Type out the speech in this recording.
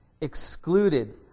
excluded